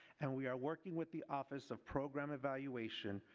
and we are working with the office of program evaluation,